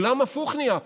עולם הפוך נהיה פה.